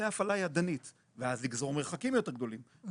להפעלה ידנית ואז לגזור מרחקים יותר גדולים,